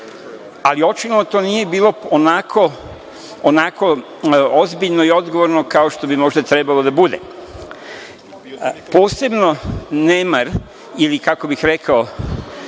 ali očigledno to nije bilo onako ozbiljno i odgovorno kao što bi možda trebalo uopšte da bude. Posebno nemar ili kako bih rekao